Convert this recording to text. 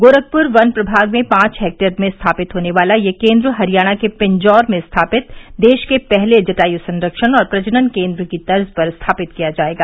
गोरखपुर वन प्रभाग में पांच हेक्टेयर में स्थापित होने वाला यह केन्द्र हरियाणा के पिंजौर में स्थापित देश के पहले जटायू संरक्षण और प्रजनन केन्द्र की तर्ज पर स्थापित किया जायेगा